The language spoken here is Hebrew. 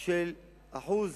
של אחוז